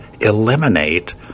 eliminate